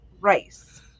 rice